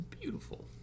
Beautiful